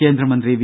കേന്ദ്രമന്ത്രി വി